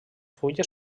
fulles